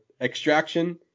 Extraction